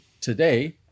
today